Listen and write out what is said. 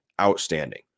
outstanding